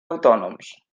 autònoms